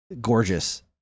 gorgeous